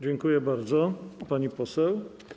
Dziękuję bardzo, pani poseł.